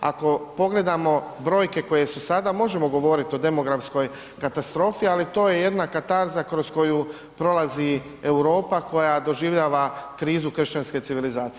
Ako pogledamo brojke koje su sada možemo govoriti o demografskoj katastrofi, ali to je jedna katarza kroz koju prolazi Europa koja doživljava krizu kršćanske civilizacije.